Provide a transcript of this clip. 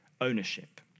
ownership